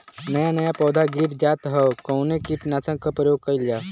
नया नया पौधा गिर जात हव कवने कीट नाशक क प्रयोग कइल जाव?